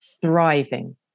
thriving